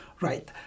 right